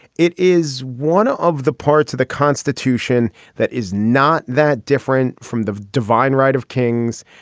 it is one of the parts of the constitution that is not that different from the divine right of kings.